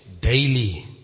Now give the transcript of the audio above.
daily